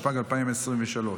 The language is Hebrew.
התשפ"ג 2023,